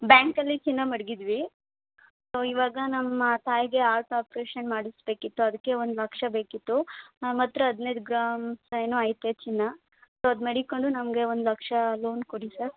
ಬ್ಯಾಂಕಲ್ಲಿ ಚಿನ್ನ ಮಡಗಿದ್ವಿ ಸೊ ಇವಾಗ ನಮ್ಮ ತಾಯಿಗೆ ಆರ್ಟ್ ಆಪ್ರೇಶನ್ ಮಾಡಿಸ್ಬೇಕಿತ್ತು ಅದಕ್ಕೆ ಒಂದು ಲಕ್ಷ ಬೇಕಿತ್ತು ನಮ್ಮ ಹತ್ರ ಹದಿನೈದು ಗ್ರಾಮ್ಸಾ ಏನೋ ಐತೆ ಚಿನ್ನ ಸೊ ಅದು ಮಡಿಕ್ಕೊಂಡು ನಮಗೆ ಒಂದು ಲಕ್ಷ ಲೋನ್ ಕೊಡಿ ಸರ್